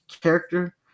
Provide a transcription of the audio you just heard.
character